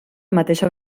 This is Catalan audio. mateixa